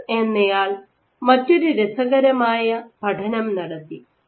ബക്സ് എന്നയാൾ മറ്റൊരു രസകരമായ പഠനം നടത്തി